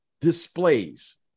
displays